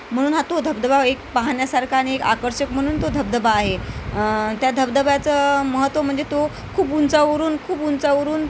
म्हणून हा तो धबधबा एक पाहण्यासारखा आणि एक आकर्षक म्हणून तो धबधबा आहे त्या धबधब्याचं महत्व म्हणजे तो खूप उंचावरून खूप उंचावरून